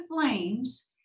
flames